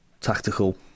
tactical